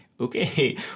okay